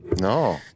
No